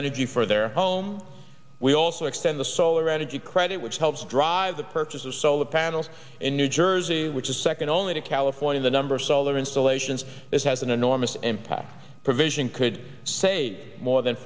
energy for their homes we also extend the solar energy credit which helps drive the purchase of solar panels in new jersey which is second only to california the number of solar installations that has an enormous impact provision could say more than